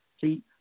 See